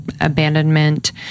Abandonment